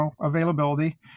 availability